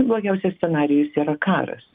blogiausias scenarijus yra karas